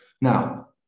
Now